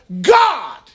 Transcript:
God